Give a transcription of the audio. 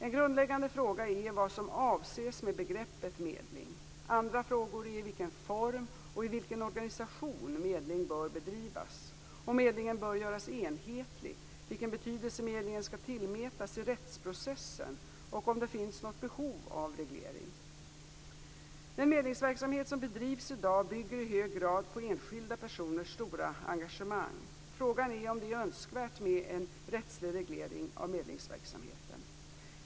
En grundläggande fråga är vad som avses med begreppet medling. Andra frågor är i vilken form och i vilken organisation medling bör bedrivas, om medlingen bör göras enhetlig, vilken betydelse medlingen skall tillmätas i rättsprocessen och om det finns något behov av reglering. Den medlingsverksamhet som bedrivs i dag bygger i hög grad på enskilda personers stora engagemang. Frågan är om det är önskvärt med en rättslig reglering av medlingsverksamheten.